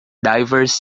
diverse